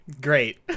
Great